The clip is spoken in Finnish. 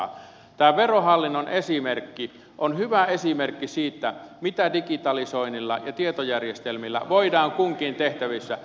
tämä verohallinnon esimerkki on hyvä esimerkki siitä mitä digitalisoinnilla ja tietojärjestelmillä voidaan kunkin tehtävissä